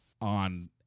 on